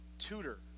Tutor